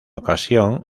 ocasión